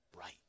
Right